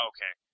Okay